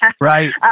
Right